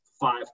five